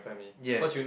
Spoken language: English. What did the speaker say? yes